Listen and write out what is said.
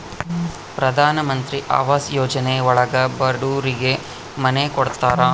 ಪ್ರಧನಮಂತ್ರಿ ಆವಾಸ್ ಯೋಜನೆ ಒಳಗ ಬಡೂರಿಗೆ ಮನೆ ಕೊಡ್ತಾರ